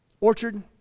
Orchard